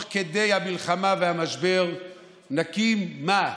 תוך כדי המלחמה והמשבר נקים, מה?